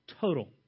Total